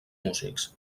músics